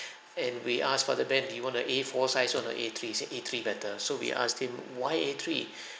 and we asked father ben do you want a A four size or the A three he said A three better so we asked him why A three